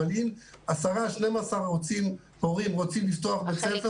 אבל אם 10 12 הורים רוצים לפתוח בית ספר זה לא מתאפשר.